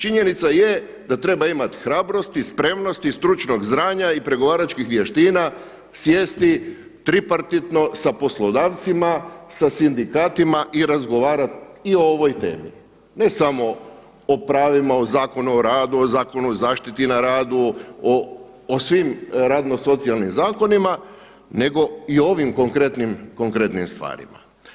Činjenica je da treba imati hrabrosti, spremnosti, stručnog znanja i pregovaračkih vještina sjesti tripartitno sa poslodavcima, sa sindikatima i razgovarati i o ovoj temi ne samo o pravima o Zakonu o radu, o Zakonu o zaštiti na radu, o svim radno-socijalnim zakonima nego i ovim konkretnim stvarima.